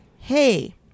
hey